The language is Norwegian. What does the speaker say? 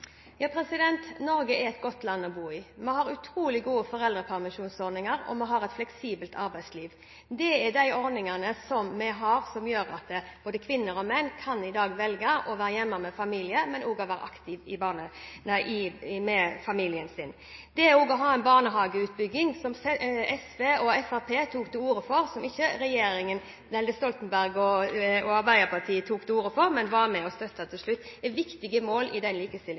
er et godt land å bo i. Vi har utrolig gode foreldrepermisjonsordninger, og vi har et fleksibelt arbeidsliv. Det er disse ordningene som gjør at både kvinner og menn i dag kan velge å være hjemme med familie, men også å være aktive med familien sin. En barnehageutbygging – som SV og Fremskrittspartiet tok til orde for, men ikke Stoltenberg og Arbeiderpartiet, men som de var med og støttet til slutt – er et viktig mål i den